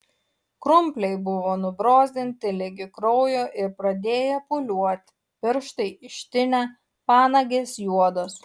krumpliai buvo nubrozdinti ligi kraujo ir pradėję pūliuoti pirštai ištinę panagės juodos